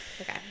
Okay